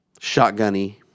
shotgunny